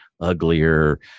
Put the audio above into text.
uglier